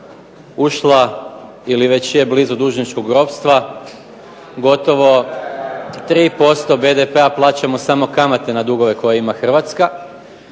ušla ili već je blizu dužničkog ropstva, gotovo 3% BDP-a plaćamo samo kamate na dugove koje ima Hrvatska.